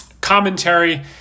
commentary